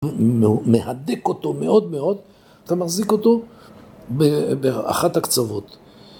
‫מהדק אותו מאוד מאוד, ‫אתה מחזיק אותו באחת הקצוות.